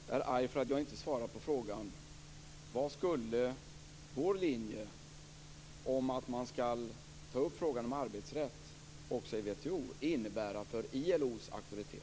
Fru talman! Karin Falkmer är arg för att jag inte svarar på frågan vad vår linje, att man skall ta upp frågan om arbetsrätt också i WTO, skulle innebära för ILO:s auktoritet.